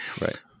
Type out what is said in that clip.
Right